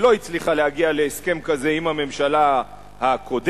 ולא הצליחה להגיע להסכם כזה עם הממשלה הקודמת,